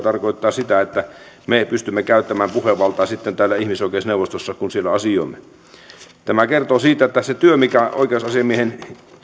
tarkoittaa sitä että me pystymme käyttämään puhevaltaa sitten ihmisoikeusneuvostossa kun siellä asioimme tämä kertoo siitä että se työ mikä oikeusasiamiehen